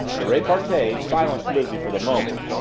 the repartee silenced lizzie for the moment,